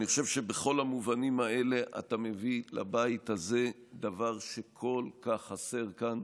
אני חושב שבכל המובנים האלה אתה מביא לבית הזה דבר שכל כך חסר כאן,